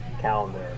calendar